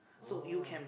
oh